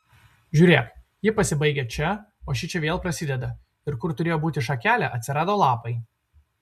žiūrėk ji pasibaigia čia o šičia vėl prasideda ir kur turėjo būti šakelė atsirado lapai